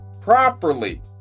properly